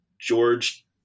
George